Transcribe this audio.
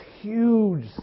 huge